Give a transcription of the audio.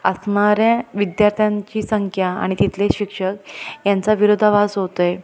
असणाऱ्या विद्यार्थ्यांची संख्या आणि तिथले शिक्षक यांचा विरोधाभास होत आहे